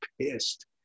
pissed